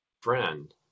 friend